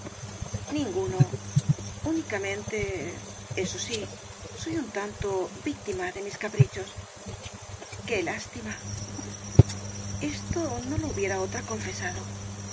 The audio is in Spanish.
ninguno únicamente eso sí soy un tanto víctima de mis caprichos qué lástima esto no lo hubiera otra confesado